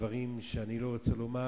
דברים שאני לא רוצה לומר,